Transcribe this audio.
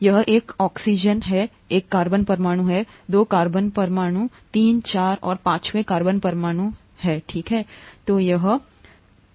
यह एक ऑक्सीजन है एक कार्बन परमाणु है दो कार्बन परमाणु तीन चार और पांचवें कार्बन परमाणु यहाँ ठीक है